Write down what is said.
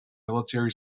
military